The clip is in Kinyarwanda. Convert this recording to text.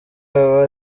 aba